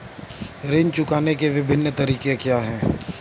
ऋण चुकाने के विभिन्न तरीके क्या हैं?